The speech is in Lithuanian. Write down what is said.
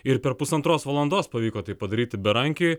ir per pusantros valandos pavyko tai padaryti berankiui